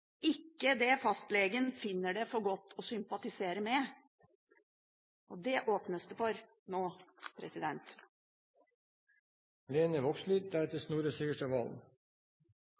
ikke det fastlegen finner for godt å sympatisere med.» Det åpnes det for nå!